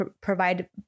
provide